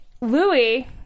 Louis